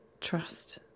trust